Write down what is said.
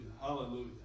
Hallelujah